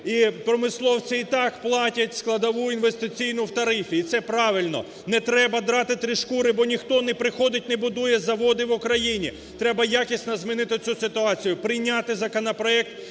і промисловці і так платять складову інвестиційну в тарифі, і це правильно. Не треба драти три шкури, бо ніхто не приходить не будує заводи в Україні, треба якісно змінити цю ситуацію. Прийняти законопроект